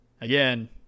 again